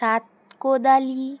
সাত কোদালি